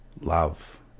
love